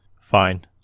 Fine